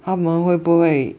他们会不会